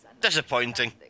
Disappointing